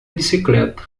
bicicleta